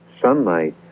sunlight